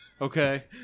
Okay